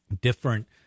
different